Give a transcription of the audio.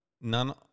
None